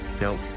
Nope